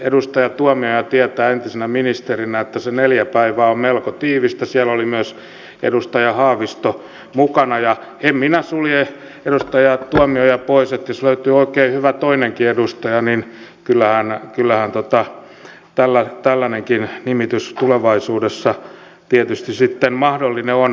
edustaja tuomioja tietää entisenä ministerinä että se neljä päivää on melko tiivistä siellä oli myös edustaja haavisto mukana enkä minä sulje edustaja tuomioja pois että jos löytyy oikein hyvä toinenkin edustaja niin kyllähän tällainenkin nimitys tulevaisuudessa tietysti sitten mahdollinen on